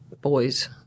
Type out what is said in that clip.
boys